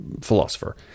philosopher